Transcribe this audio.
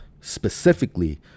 Specifically